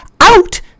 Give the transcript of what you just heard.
out